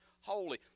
holy